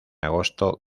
agosto